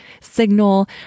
signal